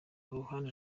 ruhande